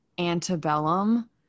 Antebellum